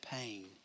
pain